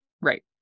Right